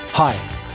Hi